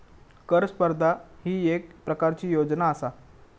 कर स्पर्धा ही येक प्रकारची योजना आसा